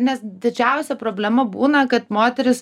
nes didžiausia problema būna kad moterys